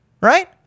Right